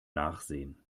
nachsehen